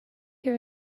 hear